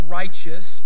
righteous